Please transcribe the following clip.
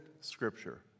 scripture